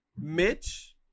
Mitch